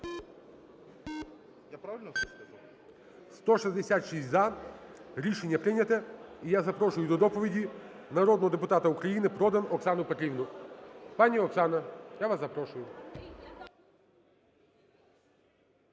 16:49:49 За-166 Рішення прийняте. І я запрошую до доповіді народного депутата України Продан Оксану Петрівну. Пані Оксано, я вас запрошую.